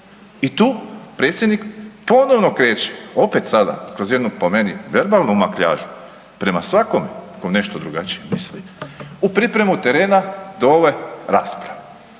I tu predsjednik ponovno kreće opet sada kroz jednu, po meni, verbalnu makljažu prema svakome tko nešto drugačije misli u pripremu terena do ove rasprave